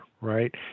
right